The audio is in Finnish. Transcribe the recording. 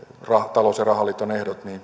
talous ja rahaliiton ehdot